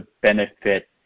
benefit